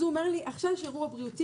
אז הוא אומר לי: עכשיו יש אירוע בריאותי,